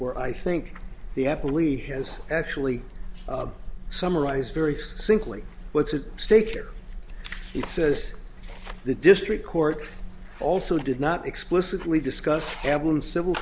where i think the apple e has actually summarized very simply what's at stake here it says the district court also did not explicitly discuss cabin civil